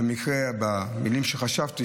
במילים שחשבתי,